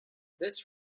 this